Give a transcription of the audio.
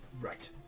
Right